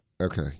Okay